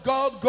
God